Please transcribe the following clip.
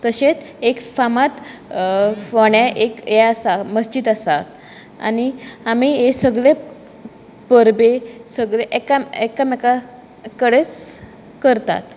तशें एक फामाद फोण्या एक हें आसा मस्जीद आसा आनी आमी हे सगले परबे सगले एका एकामेका कडेच करतात